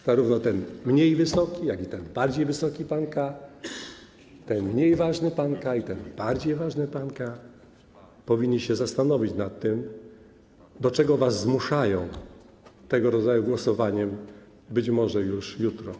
Zarówno ten mniej wysoki, jak i ten bardziej wysoki pan K., ten mniej ważny pan K. i ten bardziej ważny pan K. powinni się zastanowić nad tym, do czego was zmuszają tego rodzaju głosowaniem, być może już jutro.